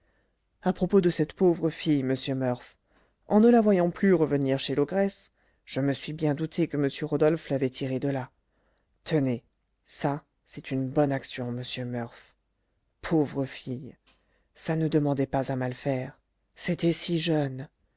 à propos de cette pauvre fille monsieur murph en ne la voyant plus revenir chez l'ogresse je me suis bien douté que m rodolphe l'avait tirée de là tenez ça c'est une bonne action monsieur murph pauvre fille ça ne demandait pas à mal faire c'était si jeune